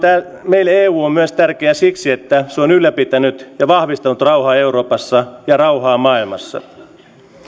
meille eu on tärkeä myös siksi että se on ylläpitänyt ja vahvistanut rauhaa euroopassa ja rauhaa maailmassa